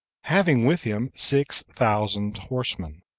having with him six thousand horsemen.